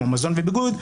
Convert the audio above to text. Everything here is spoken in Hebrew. כמו מזון וביגוד,